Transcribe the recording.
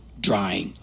drying